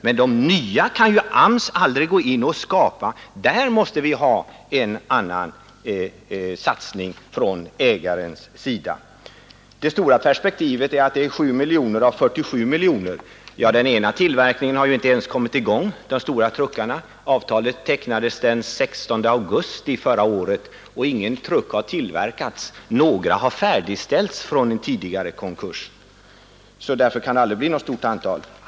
De nya jobben kan ju AMS inte gå in och skapa några möjligheter för. Där måste det bli en annan satsning från ägarens sida. Frågan måste ses ur det stora perspektivet att det gäller en tillverkning för 7 miljoner av 47 miljoner, säger kommunikationsministern. Men den ena tillverkningen, de stora truckarna, har ju inte ens kommit i gång. Avtalet tecknades den 16 augusti förra året och ingen truck har tillverkats. Några har färdigställts efter en tidigare konkurs.